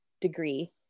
degree